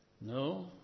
No